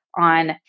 On